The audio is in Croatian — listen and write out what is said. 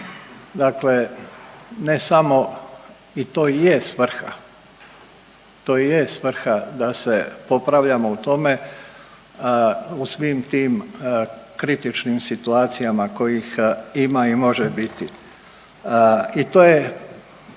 i to i je svrha, to i je svrha da se popravljamo u tome u svim tim kritičnim situacijama kojih ima i može biti. I to je